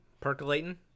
percolating